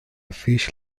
fish